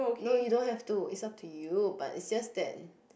no you don't have to it's up to you but it's just that